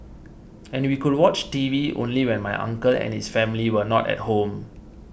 and we could watch T V only when my uncle and his family were not at home